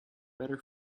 better